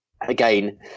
again